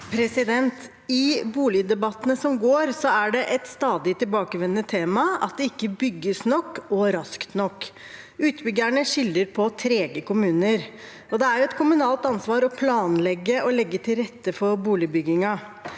I boligdebat- tene som pågår, er det et stadig tilbakevendende tema at det ikke bygges nok og raskt nok. Utbyggerne skylder på trege kommuner, og det er et kommunalt ansvar å planlegge og legge til rette for boligbyggingen.